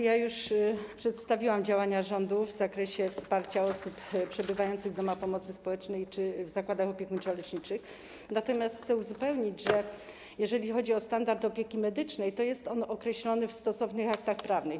Ja już przedstawiłam działania rządu w zakresie wsparcia osób przebywających w domach pomocy społecznej czy w zakładach opiekuńczo-leczniczych, natomiast chcę uzupełnić, że jeżeli chodzi o standard opieki medycznej, to jest on określony w stosownych aktach prawnych.